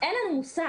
אין לנו מושג.